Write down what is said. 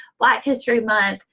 black history month,